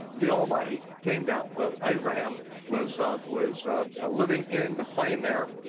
the almighty came down while abraham was ah was living in the plain there.